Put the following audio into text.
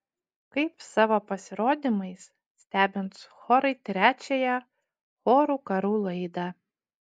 kaip savo pasirodymais stebins chorai trečiąją chorų karų laidą